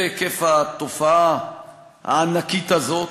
זה היקף התופעה הענקית הזאת.